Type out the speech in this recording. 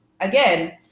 again